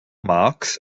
marx